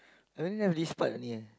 I only have this part only eh